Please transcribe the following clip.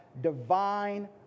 divine